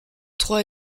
trois